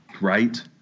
Right